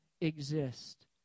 exist